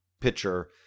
pitcher